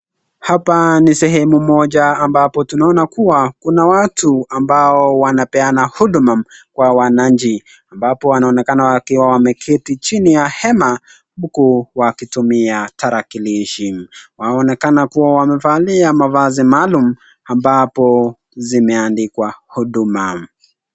Hapa ni sehemu moja ambapo tunaoana kuwa kuna watu ambao wanapeana huduma kwa wanachi ambapo wanaonekana wakiwa wameketi chini ya hema huku wakitumia tarakilishi. Wanaonekana kuwa wamevalia mavazi maalum ambapo zimeandikwa huduma.